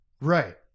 Right